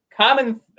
common